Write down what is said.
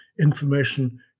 information